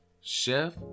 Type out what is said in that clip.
Chef